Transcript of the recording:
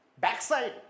Backside